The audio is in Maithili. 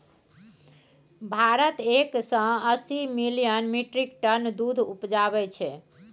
भारत एक सय अस्सी मिलियन मीट्रिक टन दुध उपजाबै छै